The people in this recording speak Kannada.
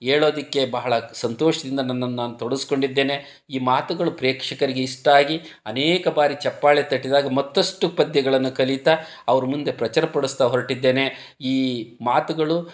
ಹೇಳೋದಿಕ್ಕೆ ಬಹಳ ಸಂತೋಷದಿಂದ ನನ್ನನ್ನು ನಾನು ತೊಡಗಿಸ್ಕೊಂಡಿದ್ದೇನೆ ಈ ಮಾತುಗಳು ಪ್ರೇಕ್ಷಕರಿಗೆ ಇಷ್ಟ ಆಗಿ ಅನೇಕ ಬಾರಿ ಚಪ್ಪಾಳೆ ತಟ್ಟಿದಾಗ ಮತ್ತಷ್ಟು ಪದ್ಯಗಳನ್ನು ಕಲಿತಾ ಅವ್ರ ಮುಂದೆ ಪ್ರಚುರಪಡ್ಸ್ತಾ ಹೊರಟಿದ್ದೇನೆ ಈ ಮಾತುಗಳು